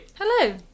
Hello